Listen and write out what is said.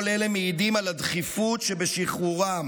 כל אלה מעידים על הדחיפות שבשחרורם,